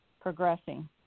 progressing